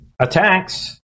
attacks